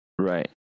right